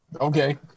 Okay